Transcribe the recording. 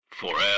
Forever